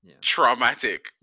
traumatic